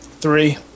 Three